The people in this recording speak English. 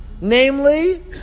namely